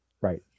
Right